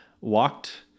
walked